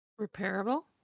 Repairable